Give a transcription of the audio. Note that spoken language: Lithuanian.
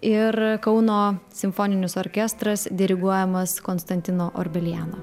ir kauno simfoninis orkestras diriguojamas konstantino orbeliano